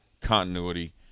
continuity